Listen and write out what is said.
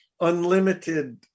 unlimited